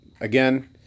again